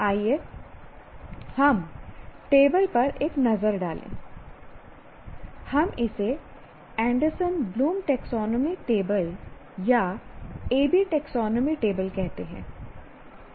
आइए हम टेबल पर एक नज़र डालें हम इसे एंडरसन ब्लूम टैक्सोनॉमी टेबल या AB टैक्सोनॉमी टेबल कहते हैं